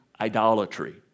idolatry